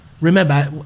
Remember